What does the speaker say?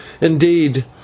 Indeed